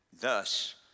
thus